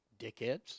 dickheads